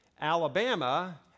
Alabama